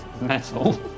Metal